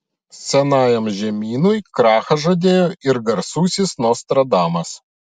senajam žemynui krachą žadėjo ir garsusis nostradamas